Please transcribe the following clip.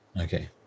Okay